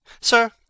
sir